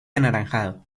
anaranjado